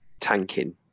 Tanking